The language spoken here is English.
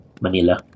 Manila